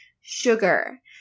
sugar